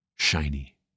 Shiny